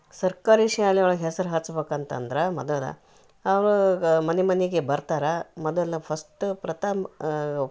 ಸರ್ಕಾರಿ ಶಾಲೆಯೊಳಗೆ ಹೆಸ್ರು ಹಚ್ಬೇಕಂತಂದರ ಮೊದಲ ಆವಾಗ ಮನೆ ಮನೆಗೆ ಬರ್ತಾರ ಮೊದಲ ಫಸ್ಟ್ ಪ್ರಥಮ ಆ